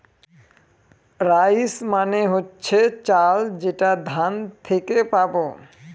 rice মানে হচ্ছে চাল যেটা ধান থেকে পাবো